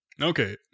Okay